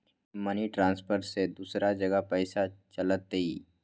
Money transfer से दूसरा जगह पईसा चलतई?